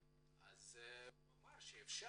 הוא אמר שאפשר.